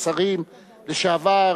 השרים לשעבר,